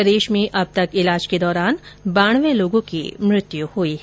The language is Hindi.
प्रदेश में अब तक ईलाज के दौरान बानवे लोगो की मृत्यु हो गई है